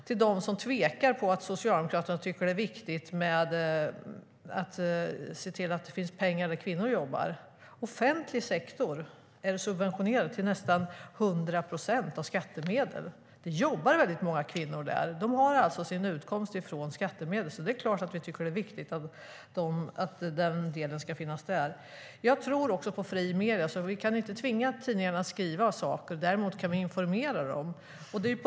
Till dem som tvivlar på att Socialdemokraterna tycker att det är viktigt att se till att det finns pengar där kvinnor jobbar kan jag säga att offentlig sektor är till nästan 100 procent subventionerad med hjälp av skattemedel. Det jobbar väldigt många kvinnor där, och de har alltså sin utkomst från skattemedel. Det är klart att vi tycker att det viktigt att den delen ska finnas där. Jag tror på fria medier - vi kan inte tvinga tidningarna att skriva saker. Däremot kan vi informera dem.